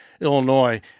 Illinois